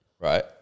Right